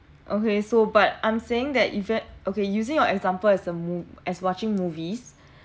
okay so but I'm saying that even okay using your example as a mo~ as watching movies